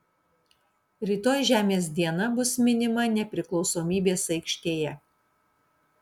rytoj žemės diena bus minima nepriklausomybės aikštėje